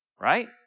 right